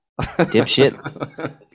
Dipshit